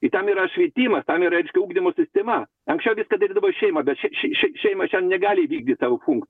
į tam yra šveitimas tam yra reiškia ugdymo sistema anksčiau viską darydavo šeima bet š š š šeima šiandien negali įvykdyt savo fun